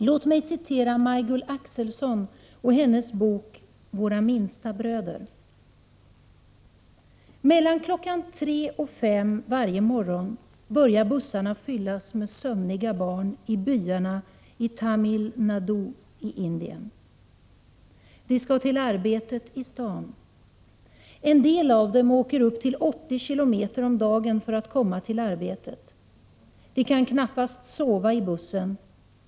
Låt mig citera Majgull Axelsson, i hennes bok Våra minsta bröder: ”Mellan klockan tre och fem varje morgon börjar bussarna fyllas med sömniga barn i byarna i Tamil Nadu i Indien. De skall till arbetet i stan. En del av dem åker upp till 80 km om dagen för att komma till arbetet. De kan knappast sova i bussen.